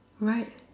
right